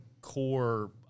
core